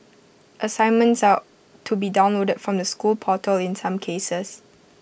assignments are to be downloaded from the school portal in some cases